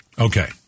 Okay